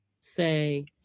say